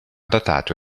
datato